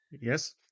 Yes